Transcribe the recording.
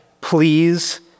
please